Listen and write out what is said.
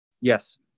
Yes